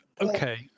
Okay